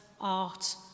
art